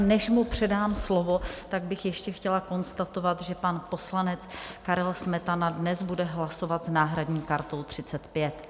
Než mu předám slovo, tak bych ještě chtěla konstatovat, že pan poslanec Karel Smetana dnes bude hlasovat s náhradní kartou 35.